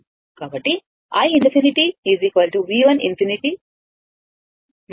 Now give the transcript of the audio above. కాబట్టి i ∞ V1 ∞ 60 అవుతుంది